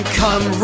come